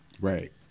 Right